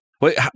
Wait